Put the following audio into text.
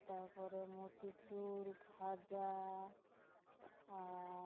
ᱛᱟᱨᱯᱚᱨᱮ ᱢᱚᱛᱤᱪᱩᱲ ᱠᱷᱟᱡᱟ ᱟᱨ